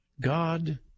God